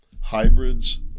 Hybrids